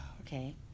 Okay